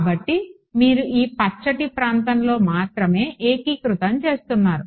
కాబట్టి మీరు ఈ పచ్చటి ప్రాంతంలో మాత్రమే ఏకీకృతం చేస్తున్నారు